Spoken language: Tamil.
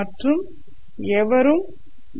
மற்றும் எவரும் எம்